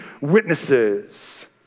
witnesses